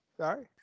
sorry